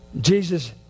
Jesus